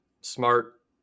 smart